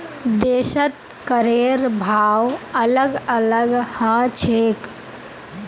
देशत करेर भाव अलग अलग ह छेक